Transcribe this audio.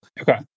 Okay